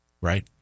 right